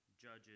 judges